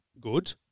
good